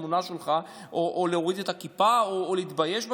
את האמונה שלך או להוריד את הכיפה או להתבייש בכיפה,